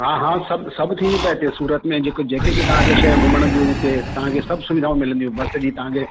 हा हा सभु सभु थींदी अथव हिते सूरत में जेको जेके बि तव्हांखे शइ घुमण जूं हिते तव्हांखे सभु सुविधाऊं मिलंदियूं बसि जी तव्हांखे